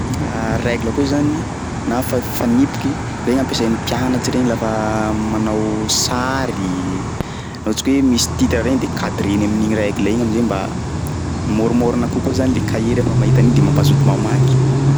Règle koa zany na fa- fanipiky, regny ampiasain'ny mpianatsy regny lafa manao sary, raha ohatsy ka hoe misy titre regny de cadreny amin'igny règle igny amzay mba môrimôrina kokoa zany le cahier rehefa mahita an'igny de mampatozo mamaky.